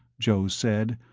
joe said,